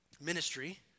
ministry